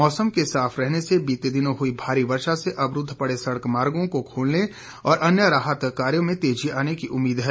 मौसम के साफ रहने से बीते दिनों हुई भारी वर्षा से अवरूद्व पड़े सड़क मार्गो को खोलने और अन्य राहत कार्यो में तेजी आने की उम्मीद है